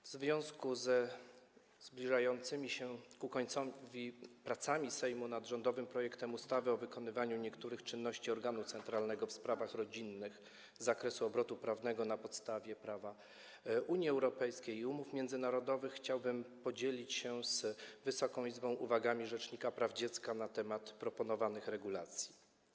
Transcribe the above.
W związku ze zbliżającymi się ku końcowi pracami Sejmu nad rządowym projektem ustawy o wykonywaniu niektórych czynności organu centralnego w sprawach rodzinnych z zakresu obrotu prawnego na podstawie prawa Unii Europejskiej i umów międzynarodowych chciałbym podzielić się z Wysoką Izbą uwagami rzecznika praw dziecka na temat proponowanych regulacji.